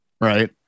right